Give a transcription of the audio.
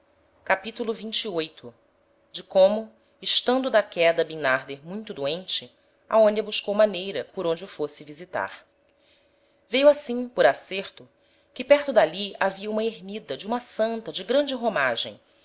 por contar capitulo xxviii de como estando da queda bimnarder muito doente aonia buscou maneira por onde o fosse visitar veio assim por acerto que perto d'ali havia uma ermida de uma santa de grande romagem